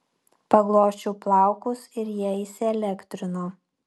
paglosčiau plaukus ir jie įsielektrino